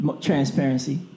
transparency